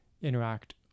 interact